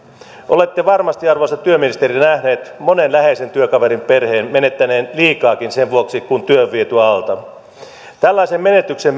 olette varmasti arvoisa työministeri nähnyt monen läheisen työkaverin perheen menettäneen liikaakin sen vuoksi kun työ on viety alta tällaisen menetyksen